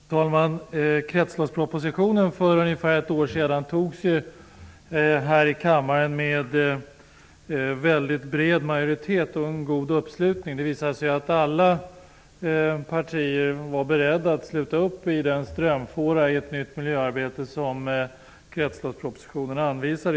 Fru talman! Kretsloppspropositionen antogs här i kammaren för ungefär ett år sedan med väldigt bred majoritet och god uppslutning. Det visade sig att alla partier var beredda att sluta upp i den strömfåra i ett nytt miljöarbete som kretsloppspropositionen anvisade.